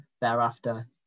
thereafter